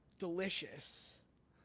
delicious,